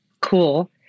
Cool